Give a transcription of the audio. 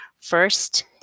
first